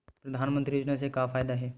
परधानमंतरी योजना से का फ़ायदा हे?